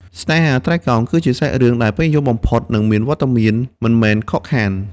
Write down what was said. ស្នេហាត្រីកោណ គឺជាសាច់រឿងដែលពេញនិយមបំផុត និងមានវត្តមានមិនមែនខកខាន។